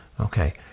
Okay